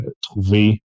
trouver